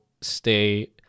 stay